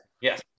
Yes